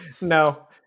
No